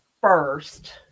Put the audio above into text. first